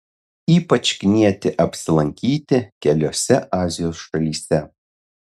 ypač knieti apsilankyti keliose azijos šalyse